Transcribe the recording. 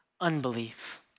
unbelief